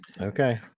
Okay